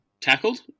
tackled